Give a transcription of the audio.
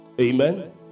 Amen